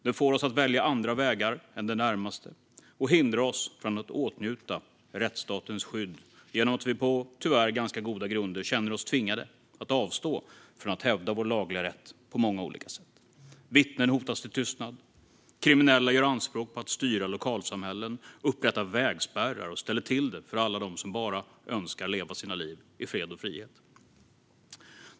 Den får oss att välja andra vägar än den närmaste och hindrar oss från att åtnjuta rättsstatens skydd genom att vi, på tyvärr ganska goda grunder, känner oss tvingade att avstå från att hävda vår lagliga rätt på många olika sätt. Vittnen hotas till tystnad. Kriminella gör anspråk på att styra lokalsamhällen, upprättar vägspärrar och ställer till det för alla dem som bara önskar leva sina liv i fred och frihet.